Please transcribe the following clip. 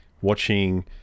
watching